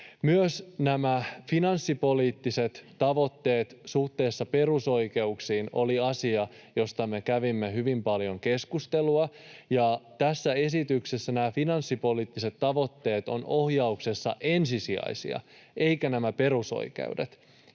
Myös nämä finanssipoliittiset tavoitteet suhteessa perusoikeuksiin oli asia, josta me kävimme hyvin paljon keskustelua, ja tässä esityksessä nämä finanssipoliittiset tavoitteet ovat ohjauksessa ensisijaisia, eivätkä perusoikeudet.